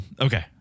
Okay